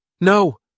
No